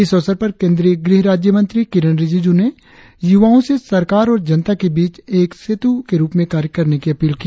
इस अवसर पर केंद्रीय गृह राज्य मंत्री किरेन रिजिजू ने युवाओ से सरकार और जनता के बीच एक सेतु के रुप में कार्य करने की अपील की